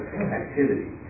activity